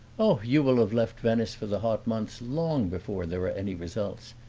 oh, you will have left venice, for the hot months, long before there are any results.